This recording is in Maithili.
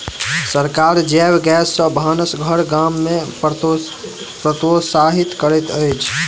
सरकार जैव गैस सॅ भानस घर गाम में प्रोत्साहित करैत अछि